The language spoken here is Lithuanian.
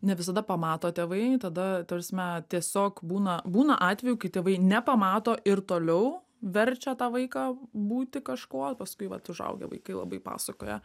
ne visada pamato tėvai tada ta prasme tiesiog būna būna atvejų kai tėvai nepamato ir toliau verčia tą vaiką būti kažkuo paskui vat užaugę vaikai labai pasakoja